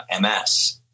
MS